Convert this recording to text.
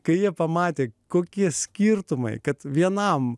kai jie pamatė kokie skirtumai kad vienam